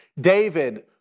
David